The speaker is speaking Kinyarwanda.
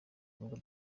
kundwa